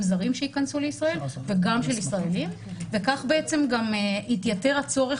זרים שייכנסו לישראל וגם של ישראלים וכך בעצם גם יתייתר הצורך